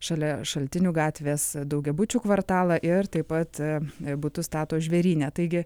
šalia šaltinių gatvės daugiabučių kvartalą ir taip pat butus stato žvėryne taigi